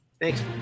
thanks